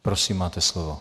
Prosím, máte slovo.